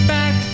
back